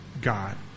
God